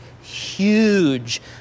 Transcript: huge